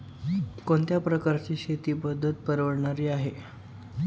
कोणत्या प्रकारची शेती पद्धत परवडणारी आहे?